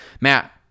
Matt